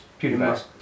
PewDiePie